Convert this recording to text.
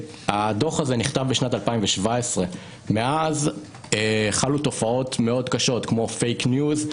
שהדוח הזה נכתב בשנת 2017 ומאז חלו תופעות מאוד קשות כמו "פייק ניוז",